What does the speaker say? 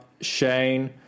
Shane